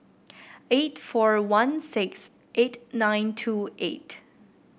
eight four one six eight nine two eight